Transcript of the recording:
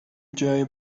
جای